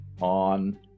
on